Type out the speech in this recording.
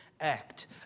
act